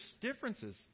differences